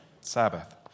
Sabbath